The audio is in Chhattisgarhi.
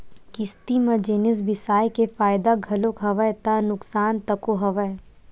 किस्ती म जिनिस बिसाय के फायदा घलोक हवय ता नुकसान तको हवय